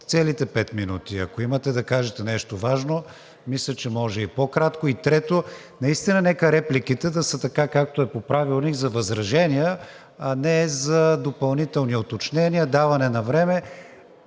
целите пет минути. Ако имате да кажете нещо важно, мисля, че може и по-кратко. И трето, наистина нека репликите да са така, както е по Правилник – за възражения, а не за допълнителни уточнения, даване на време.